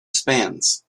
spans